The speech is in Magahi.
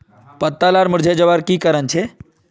पत्ता लार मुरझे जवार की कारण छे?